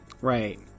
Right